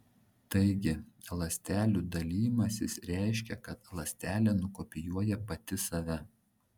taigi ląstelių dalijimasis reiškia kad ląstelė nukopijuoja pati save